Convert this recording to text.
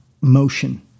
motion